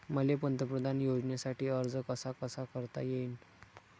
मले पंतप्रधान योजनेसाठी अर्ज कसा कसा करता येईन?